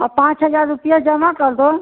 और पाँच हज़ार रुपया जमा कर दो